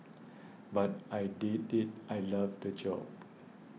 but I did it I loved the job